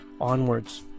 onwards